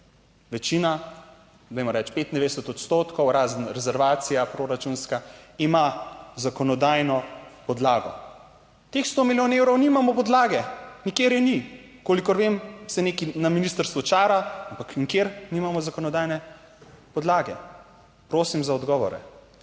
večina, dajmo reči 95 odstotkov, razen rezervacija proračunska, ima zakonodajno podlago. Teh sto milijonov evrov nimamo podlage, nikjer je ni, kolikor vem se nekaj na ministrstvu čara, ampak nikjer nimamo zakonodajne podlage. Prosim za odgovore.